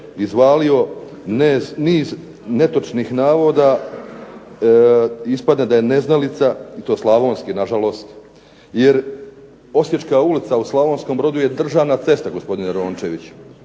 izvalio niz netočnih navoda. Ispada da je neznalica i to slavonski nažalost, jer Osječka ulica u Slavonskom Brodu je državna cesta gospodinu Rončeviću.